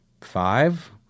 five